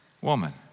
woman